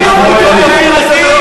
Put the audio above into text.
אתם עומדים כאן על הדוכן,